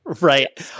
Right